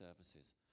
services